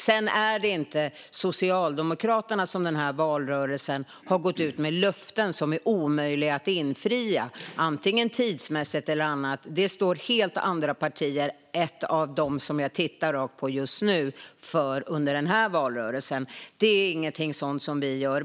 Det var inte Socialdemokraterna som i valrörelsen gick ut med löften som är omöjliga att infria tidsmässigt eller på annat sätt. Detta har andra partier - jag tittar på representanten för ett av dem - stått för under den här valrörelsen. Det är inget som vi gör.